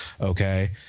Okay